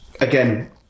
again